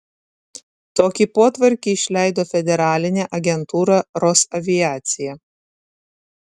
tokį potvarkį išleido federalinė agentūra rosaviacija